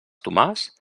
tomàs